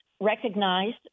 recognized